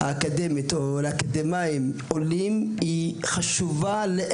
אני נתקלתי בעולים חדשים ולא ידעתי שעולה